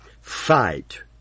Fight